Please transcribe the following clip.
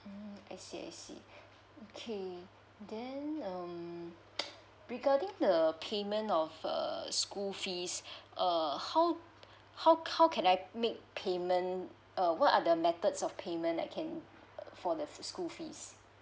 mm I see I see okay then um because I think the payment of err school fees err how how how can I make payment uh what other methods of payment that I can pay uh for the school fees